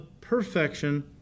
perfection